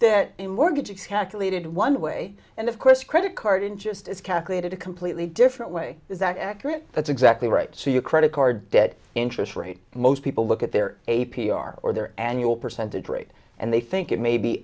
that mortgage exactly did it one way and of course credit card interest is calculated a completely different way is that accurate that's exactly right so your credit card debt interest rate most people look at their a p r or their annual percentage rate and they think it may be